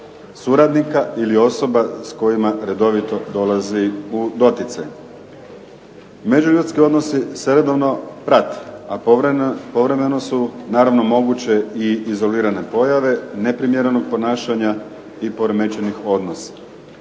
suradnika ili osoba s kojima redovito dolazi u doticaj. Međuljudski odnosi se redovno prate, a povremeno su naravno moguće i izolirane pojave neprimjerenog ponašanja i poremećenih odnosa.